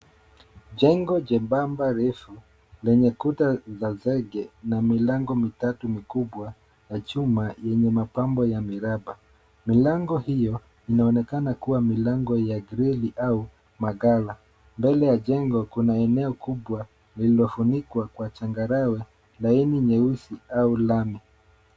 Jengo jembamba refu lenye kuta za zege na milango mitatu mikubwa ya chuma yenye mapambo ya miraba. Milango hiyo inaonekana kuwa milango ya grili au maghala. Mbele ya jengo kuna eneo kubwa lililofunikwa kwa changarawe laini nyeusi au lami.